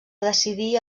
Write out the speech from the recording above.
decidir